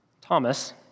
Thomas